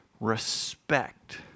Respect